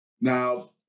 now